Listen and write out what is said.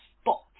spot